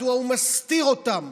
מדוע הוא מסתיר אותם?